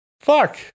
Fuck